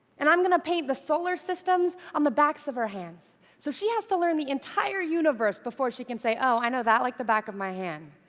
and i'm going to paint solar systems on the backs of her hands so she has to learn the entire universe before she can say, oh, i know that like the back of my hand.